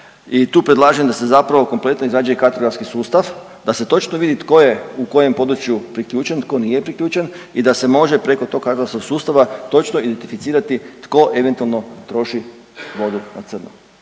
i tu predlažem da se zapravo kompletno izrađuje kartografski sustav, da se točno vidi tko je u kojem području priključen, tko nije priključen i da se može preko tog .../Govornik se ne razumije./... sustava točno identificirati tko eventualno troši vodu na crno.